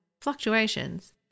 fluctuations